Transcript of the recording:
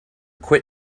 quit